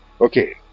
Okay